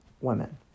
women